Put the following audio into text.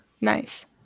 Nice